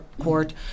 court